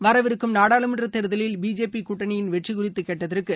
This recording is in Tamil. வரவிருக்கும் நாடாளுமன்ற தேர்தலில் பிஜேபி கூட்டணியின் வெற்றி குறித்து கேட்டதற்கு